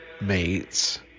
mates